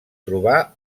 trobà